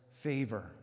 favor